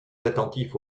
attentif